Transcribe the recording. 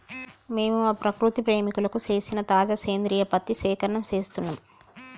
మేము మా ప్రకృతి ప్రేమికులకు సేసిన తాజా సేంద్రియ పత్తి సేకరణం సేస్తున్నం